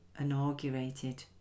inaugurated